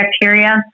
bacteria